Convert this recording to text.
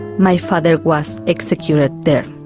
my father was executed there.